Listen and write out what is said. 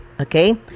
Okay